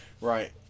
Right